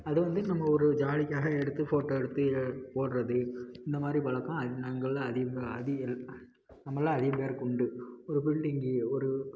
அதுவந்து நம்ம ஒரு ஜாலிக்காக எடுத்து ஃபோட்டோ எடுத்து போடுறது இந்த மாதிரி பழக்கம் நம்மள்ல அதிகமாக அதிகம் நம்மள்ல அதிகம் பேருக்கு உண்டு ஒரு பில்டிங்கி ஒரு